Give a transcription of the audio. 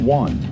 one